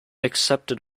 accepted